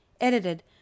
edited